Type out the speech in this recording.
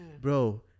bro